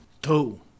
Two